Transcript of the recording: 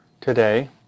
today